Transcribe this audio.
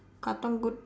katong good